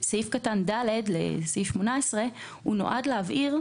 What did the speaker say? קטן (ד) לסעיף 18 נועד להבהיר,